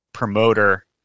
Promoter